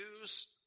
use